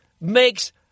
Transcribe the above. makes